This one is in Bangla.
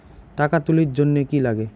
টাকা তুলির জন্যে কি লাগে?